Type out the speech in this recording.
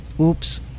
oops